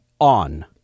on